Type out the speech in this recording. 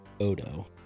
Odo